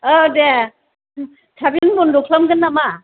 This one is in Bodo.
औ दे थाबैनो बन्द' खालामगोन नामा